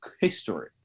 history